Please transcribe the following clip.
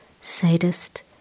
sadist